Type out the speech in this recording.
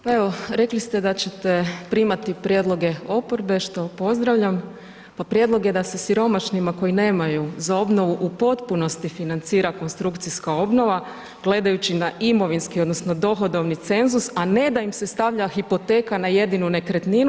Pa evo, rekli ste da ćete primati prijedloge oporbe, što pozdravljam, pa prijedlog je da se siromašnima koji nemaju za obnovu u potpunosti financira konstrukcijska obnova gledajući na imovinski odnosno dohodovni cenzus, a ne da im se stavlja hipoteka na jedinu nekretninu.